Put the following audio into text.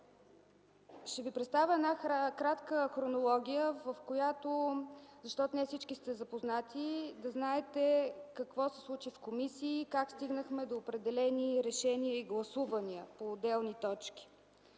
Ще ви представя кратка хронология, защото не всички сте запознати, за да знаете какво се случи в комисията и защо се стигна до определени решения и гласувания по отделни точки.